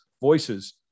voices